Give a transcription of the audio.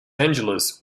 angeles